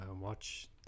watch